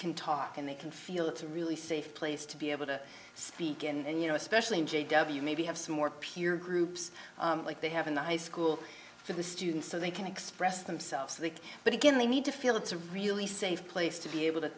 can talk and they can feel it's a really safe place to be able to speak and you know especially in g w maybe have some more peer groups like they have in the high school for the students so they can express themselves the but again they need to feel it's a really safe place to be able to